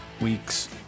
weeks